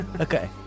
Okay